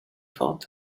thought